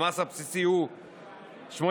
שהמס הבסיסי הוא 83%,